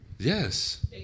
Yes